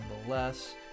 nonetheless